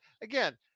again